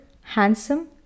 handsome